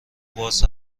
باز